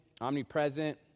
omnipresent